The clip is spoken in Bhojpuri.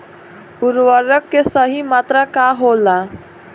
उर्वरक के सही मात्रा का होला?